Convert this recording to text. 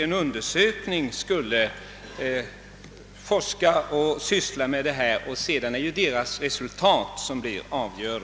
En undersökning skulle forska och syssla med detta, och sedan får vi se vad resultatet därav blir.